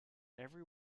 every